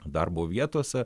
darbo vietose